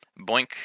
Boink